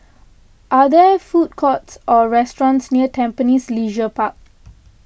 are there food courts or restaurants near Tampines Leisure Park